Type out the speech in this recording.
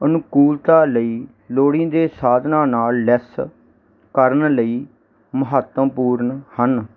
ਅਨੁਕੂਲਤਾ ਲਈ ਲੋੜੀਂਦੇ ਸਾਧਨਾਂ ਨਾਲ ਲੈਸ ਕਰਨ ਲਈ ਮਹੱਤਵਪੂਰਨ ਹਨ